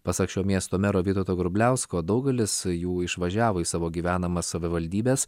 pasak šio miesto mero vytauto grubliausko daugelis jų išvažiavo į savo gyvenamas savivaldybes